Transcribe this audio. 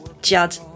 Judd